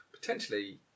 potentially